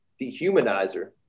Dehumanizer